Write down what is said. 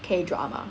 K drama